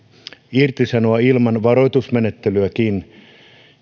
irtisanoa ilman varoitusmenettelyäkin